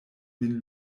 min